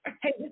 Hey